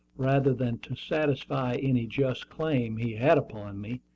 rather than to satisfy any just claim he had upon me,